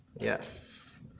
Yes